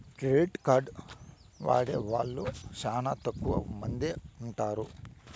credit card వాడే వాళ్ళు శ్యానా తక్కువ మందే ఉంటారు